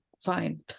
fine